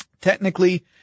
Technically